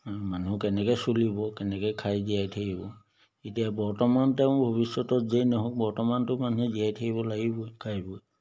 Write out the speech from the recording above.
মানুহ কেনেকৈ চলিব কেনেকৈ খাই জীয়াই থাকিব এতিয়া বৰ্তমান তেওঁ ভৱিষ্যতত যেই নহওক বৰ্তমানতো মানুহে জীয়াই থাকিব লাগিবই খাই বৈ